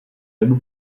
nebo